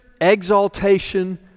exaltation